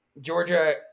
Georgia